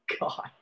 God